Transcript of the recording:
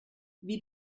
wie